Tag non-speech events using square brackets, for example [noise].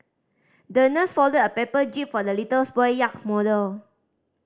the nurse folded a paper jib for the little [unintelligible] boy yacht model